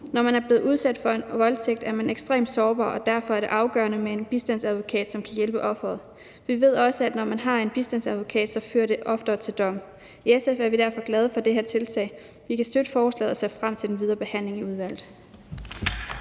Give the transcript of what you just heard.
Når man er blevet udsat for en voldtægt, er man ekstremt sårbar, og derfor er det afgørende med en bistandsadvokat, som kan hjælpe offeret. Vi ved også, at når man har en bistandsadvokat, fører det oftere til dom. I SF er vi derfor glade for det her tiltag. Vi kan støtte forslaget og ser frem til den videre behandling i udvalget.